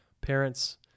parents